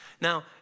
Now